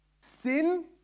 Sin